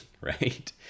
right